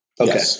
Okay